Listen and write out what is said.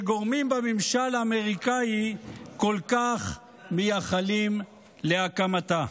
שגורמים בממשל האמריקאי כל כך מייחלים להקמתה.